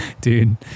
dude